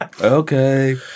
Okay